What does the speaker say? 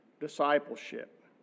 discipleship